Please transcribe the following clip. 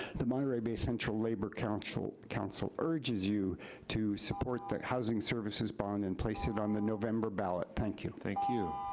the monterey bay central labor council council urges you to support the housing services bond and place it on the november ballot, thank you. thank you.